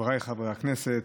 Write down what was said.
חבריי חברי הכנסת,